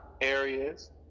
areas